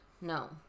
No